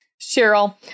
Cheryl